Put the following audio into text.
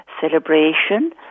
celebration